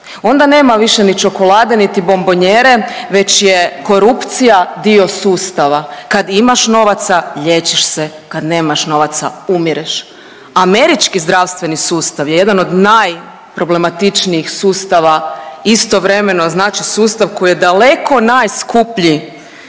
Onda nema više ni čokolade, niti bombonjere već je korupcija dio sustava kad imaš novaca liječiš se, kad nemaš novaca umireš. Američki zdravstveni sustav je jedan od najproblematičnijih sustava istovremeno, znači sustav koji je daleko najskuplji